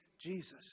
Jesus